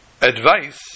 Advice